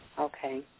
Okay